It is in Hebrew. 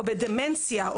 או בדמנציה,